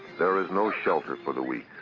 there is no shelter for the weak.